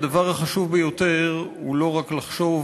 הדבר החשוב ביותר הוא לא רק לחשוב,